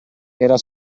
era